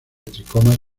tricomas